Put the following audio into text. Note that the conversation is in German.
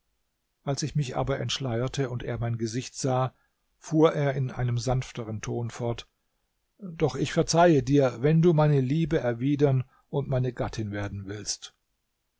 als ich mich aber entschleierte und er mein gesicht sah fuhr er in einem sanfteren ton fort doch ich verzeihe dir wenn du meine liebe erwidern und meine gattin werden willst